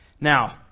Now